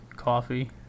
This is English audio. coffee